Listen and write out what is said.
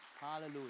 Hallelujah